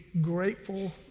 grateful